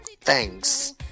Thanks